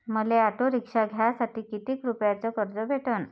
मले auto rickshaw घ्यासाठी कितीक रुपयाच कर्ज भेटनं?